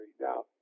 now